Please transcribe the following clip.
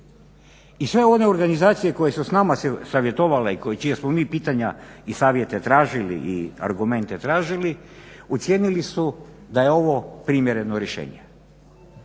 I sve one organizacije koje su s nama se savjetovale i čija smo mi pitanja i savjete tražili i argumente tražili ocijenili su da je ovo primjereno rješenje.